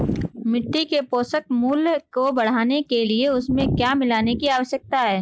मिट्टी के पोषक मूल्य को बढ़ाने के लिए उसमें क्या मिलाने की आवश्यकता है?